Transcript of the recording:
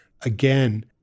Again